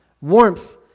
Warmth